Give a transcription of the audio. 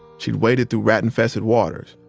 she'd waded through rat-infested waters,